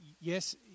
Yes